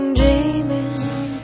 dreaming